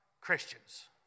Christians